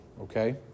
okay